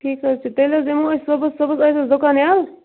ٹھیٖک حظ چھُ تیٚلہِ حظ یِمو أسۍ صُبحس صُبحس آسہِ حظ دُکان یَلہٕ